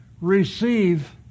receive